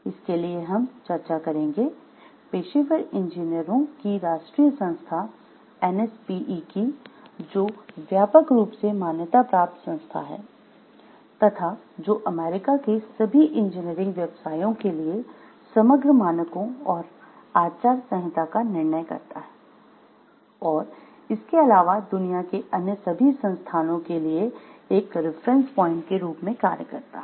इसके लिए हम चर्चा करेंगे पेशेवर इंजीनियरों की राष्ट्रीय संस्था "एन एस पी ई" के रूप में कार्य करता है